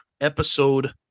episode